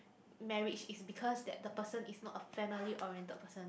marriage is because that the person is not a family oriented person